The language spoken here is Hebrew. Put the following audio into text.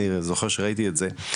אני זוכר שראיתי את זה,